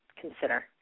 consider